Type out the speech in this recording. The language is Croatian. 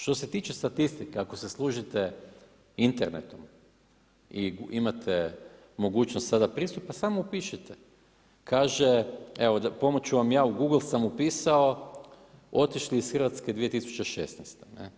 Što se tiče statistike, ako se služite internetom i imate mogućnost sada pristupa, samo upišite, kaže, evo pomoći ću vam ja u Google sam upisao, otišli iz Hrvatske 2016.